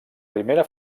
primera